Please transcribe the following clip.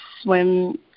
swim